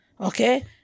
okay